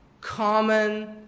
common